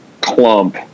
clump